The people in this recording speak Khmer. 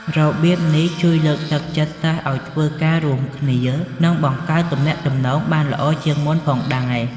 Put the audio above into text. របៀបនេះជួយលើកទឹកចិត្តសិស្សឲ្យធ្វើការរួមគ្នា និងបង្កើតទំនាក់ទំនងបានល្អជាងមុនផងដែរ។